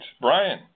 Brian